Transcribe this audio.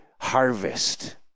harvest